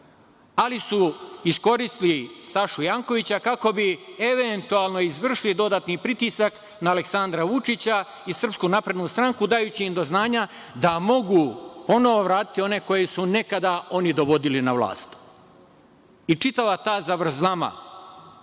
Ali su iskoristili Sašu Jankovića kako bi eventualno izvršili dodatni pritisak na Aleksandra Vučića i Srpsku naprednu stranku, dajući im do znanja da mogu ponovo vratiti one koje su nekada oni dovodili na vlast. I čitava ta zavrzlama